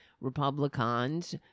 Republicans